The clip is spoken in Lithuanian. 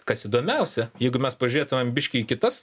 kas įdomiausia jeigu mes pažiūrėtumėm biškį į kitas